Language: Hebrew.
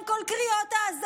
כל קריאות האזהרה,